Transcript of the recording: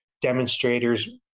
demonstrators